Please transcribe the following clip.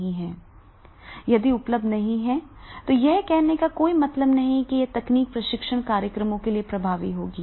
यदि उपलब्ध नहीं है तो यह कहने का कोई मतलब नहीं है कि यह तकनीक प्रशिक्षण कार्यक्रमों के लिए प्रभावी होगी